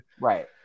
Right